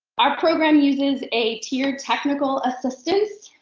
our program uses a tier technical assistance